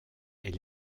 est